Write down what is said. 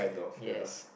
yes